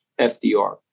FDR